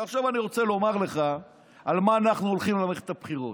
ועכשיו אני רוצה לומר לך על מה אנחנו הולכים במערכת הבחירות.